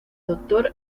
doctor